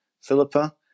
Philippa